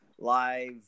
live